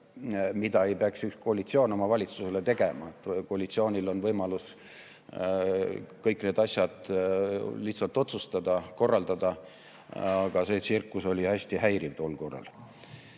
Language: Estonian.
mida ei peaks üks koalitsioon oma valitsusele tegema. Koalitsioonil on võimalus kõik need asjad lihtsalt otsustada, korraldada. Aga see tsirkus oli hästi häiriv tol korral.